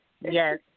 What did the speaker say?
yes